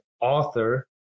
author